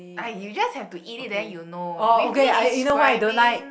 !aiya! you just have to eat it then you know with me describing